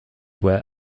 were